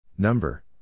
Number